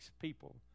people